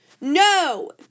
No